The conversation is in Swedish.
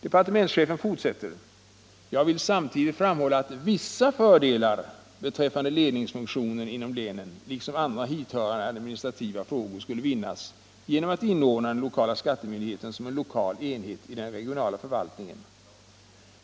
Departementschefen fortsätter: ”Jag vill samtidigt framhålla att vissa fördelar beträffande ledningsfunktionen inom länen liksom andra hithörande administrativa frågor skulle vinnas genom att inordna den lokala skattemyndigheten som en lokal enhet i den regionala förvaltningen.